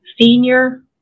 senior